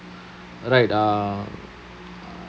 right uh